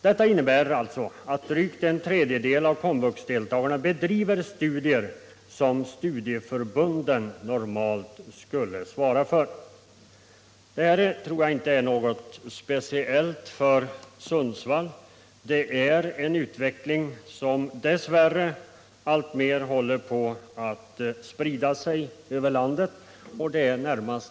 Detta innebär alltså att drygt en tredjedel av komvuxeleverna bedriver studier som studieförbunden normalt skulle svara för. Jag tror inte att detta är någonting speciellt för Sundsvall utan dess värre en utveckling som alltmer håller på att — Nr 32 sprida sig över landet.